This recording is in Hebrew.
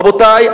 רבותי,